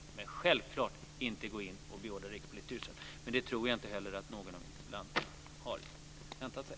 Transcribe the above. Jag kan självklart inte gå in och beordra Rikspolisstyrelsen, men det tror jag inte heller att någon av debattörerna har väntat sig.